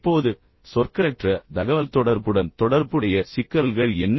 இப்போது சொற்களற்ற தகவல்தொடர்புடன் தொடர்புடைய சிக்கல்கள் என்ன